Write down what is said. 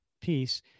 piece